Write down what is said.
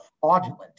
fraudulent